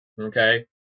Okay